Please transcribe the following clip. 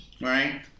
right